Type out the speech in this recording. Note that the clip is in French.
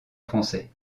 français